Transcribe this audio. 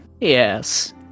Yes